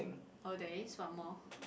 oh there is one more